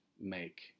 make